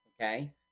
okay